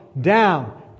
down